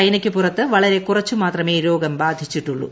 ചൈനയ്ക്ക് പുറത്ത് വളരെ കുറച്ചു മാത്രമേ രോഗം ബാധിച്ചിട്ടുള്ളൂ